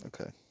Okay